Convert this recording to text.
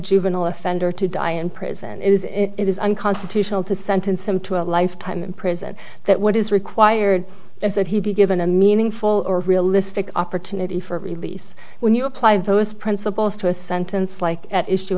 juvenile offender to die in prison is it is unconstitutional to sentence him to a life time in prison that what is required is that he be given a meaningful or realistic opportunity for release when you apply those principles to a sentence like at issue